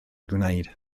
gwneud